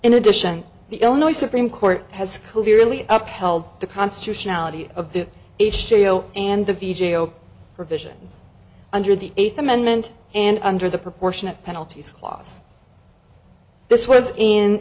in addition the illinois supreme court has clearly up held the constitutionality of the issue and the v j o provisions under the eighth amendment and under the proportionate penalties clause this was in